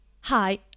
Hi